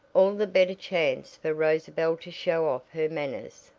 all the better chance for rosabel to show off her manners,